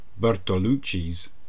Bertolucci's